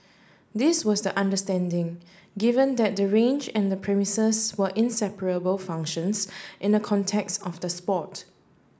this was the understanding given that the range and the premises were inseparable functions in the context of the sport